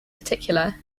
particular